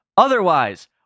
Otherwise